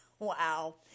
Wow